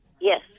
Yes